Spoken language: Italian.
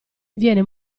viene